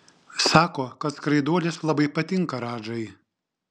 sako kad skraiduolis labai patinka radžai